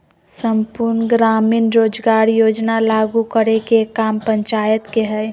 सम्पूर्ण ग्रामीण रोजगार योजना लागू करे के काम पंचायत के हय